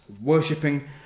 worshipping